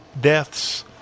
deaths